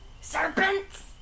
Serpents